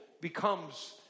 becomes